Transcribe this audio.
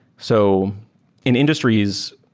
so in industries,